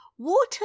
Water